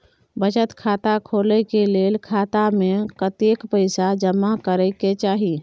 बचत खाता खोले के लेल खाता में कतेक पैसा जमा करे के चाही?